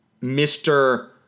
Mr